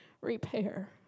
repair